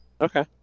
Okay